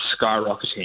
skyrocketing